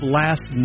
last